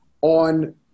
on